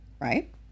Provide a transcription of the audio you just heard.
right